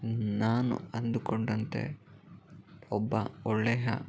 ನಾನು ಅಂದುಕೊಂಡಂತೆ ಒಬ್ಬ ಒಳ್ಳೆಯ